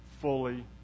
fully